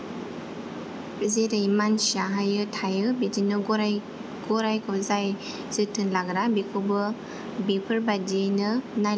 जेरै मानसिया हाययो थायो बिदिनो गराय गरायखौ जाय जोथोन लाग्रा बेखौबो बेफोरबादिनो नायलां जोबनांगौ जायो